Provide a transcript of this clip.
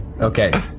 Okay